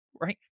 right